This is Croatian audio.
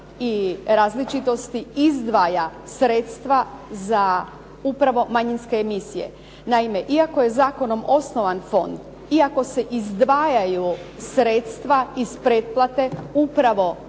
i različitosti izdvaja sredstva za upravo manjinske emisije. Naime, iako je zakonom osnovan fond, iako se izdvajaju sredstva iz pretplate upravo